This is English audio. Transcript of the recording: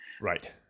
right